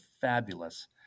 Fabulous